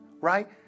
right